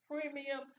premium